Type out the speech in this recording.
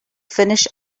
finish